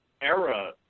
era